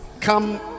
come